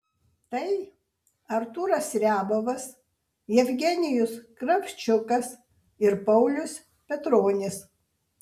tai artūras riabovas jevgenijus kravčiukas ir paulius petronis